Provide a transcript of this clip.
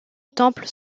temple